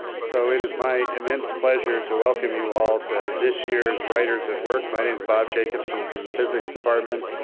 so it is my immense pleasure to welcome you all to this year's writers at work. my name is bob jacobsen from the physics department.